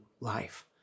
life